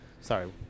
Sorry